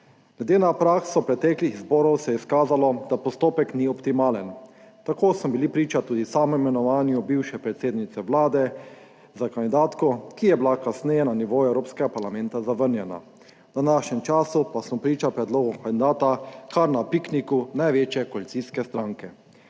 Glede na prakso preteklih zborov se je izkazalo, da postopek ni optimalen. Tako smo bili priče, tudi sam, imenovanju bivše predsednice Vlade za kandidatko, ki je bila kasneje na nivoju Evropskega parlamenta zavrnjena. V današnjem času pa smo priče predlogu kandidata kar na pikniku največje koalicijske stranke.